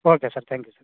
okay sir thank you sir